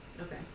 Okay